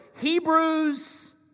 Hebrews